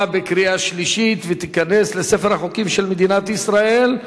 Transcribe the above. הצעת החוק עברה בקריאה שלישית ותיכנס לספר החוקים של מדינת ישראל.